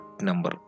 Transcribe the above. Number